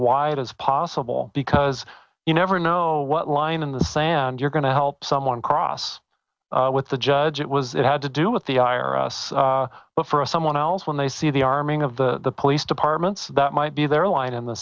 wide as possible because you never know what line in the sand you're going to help someone cross with the judge it was it had to do with the i or us but for us someone else when they see the arming of the police departments that might be their line on the